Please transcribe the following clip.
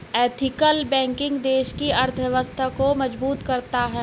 ethical banking देश की अर्थव्यवस्था को मजबूत करता है